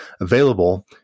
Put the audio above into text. available